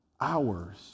hours